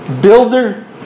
Builder